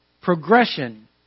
progression